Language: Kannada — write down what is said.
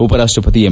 ಉಪರಾಷ್ಟ ಪತಿ ಎಂ